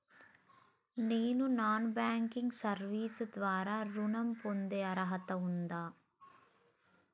నేను non banking service ద్వారా ఋణం పొందే అర్హత ఉందా?